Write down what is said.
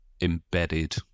embedded